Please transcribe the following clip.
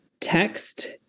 text